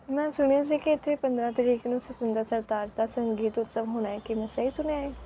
ਮੈਂ ਸੁਣਿਆ ਸੀ ਕਿ ਇੱਥੇ ਪੰਦਰਾਂ ਤਾਰੀਖ ਨੂੰ ਸਤਿੰਦਰ ਸਰਤਾਜ ਦਾ ਸੰਗੀਤ ਉਤਸਵ ਹੋਣਾ ਹੈ ਕੀ ਮੈਂ ਸਹੀ ਸੁਣਿਆ ਇਹ